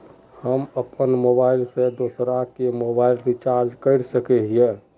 हम अपन मोबाईल से दूसरा के मोबाईल रिचार्ज कर सके हिये?